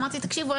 אמרתי תקשיבו,